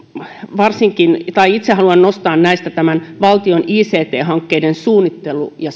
itse haluan nostaa näistä tämän valtion ict hankkeiden suunnittelun ja